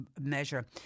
measure